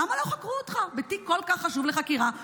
למה לא חקרו אותך בתיק כל כך חשוב לחקירה?